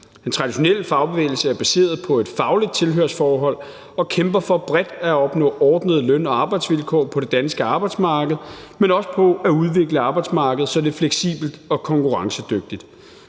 Den traditionelle fagbevægelse er baseret på et fagligt tilhørsforhold og kæmper for bredt at opnå ordnede løn- og arbejdsvilkår på det danske arbejdsmarked, men også for at udvikle arbejdsmarkedet, så det er fleksibelt og konkurrencedygtigt.